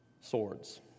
swords